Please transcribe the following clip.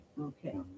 Okay